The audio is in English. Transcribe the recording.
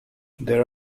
there